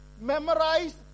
memorize